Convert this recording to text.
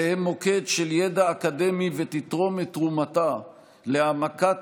תהא מוקד של ידע אקדמי ותתרום את תרומתה להעמקת